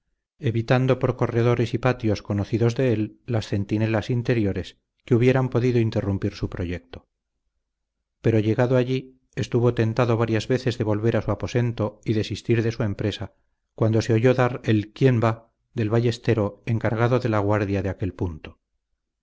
evitando por corredores y patios conocidos de él las centinelas interiores que hubieran podido interrumpir su proyecto pero llegado allí estuvo tentado varias veces de volver a su aposento y desistir de su empresa cuando se oyó dar el quien va del ballestero encargado de la guardia de aquel punto